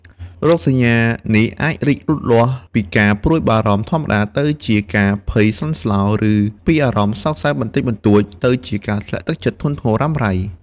រោគសញ្ញានេះអាចរីកលូតលាស់ពីការព្រួយបារម្ភធម្មតា ទៅជាការភ័យស្លន់ស្លោ ឬពីអារម្មណ៍សោកសៅបន្តិចបន្តួច ទៅជាការធ្លាក់ទឹកចិត្តធ្ងន់ធ្ងររ៉ាំរ៉ៃ។